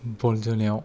बल जोनायाव